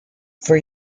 for